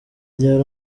ryari